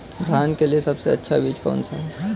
धान के लिए सबसे अच्छा बीज कौन सा है?